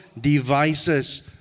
devices